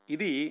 Idi